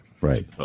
Right